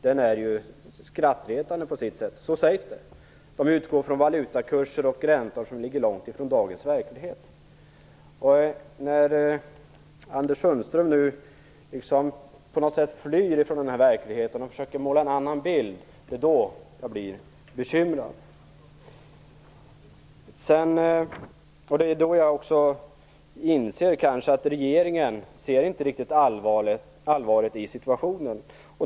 Den är skrattretande på sitt sätt. Man utgår från valutakurser och räntor som ligger långt ifrån dagens verklighet. När Anders Sundström nu på något sätt flyr från denna verklighet och försöker måla en annan bild blir jag bekymrad. Jag inser att regeringen inte ser riktigt allvarligt på situationen.